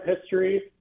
history